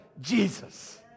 Jesus